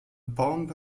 bomb